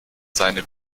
seine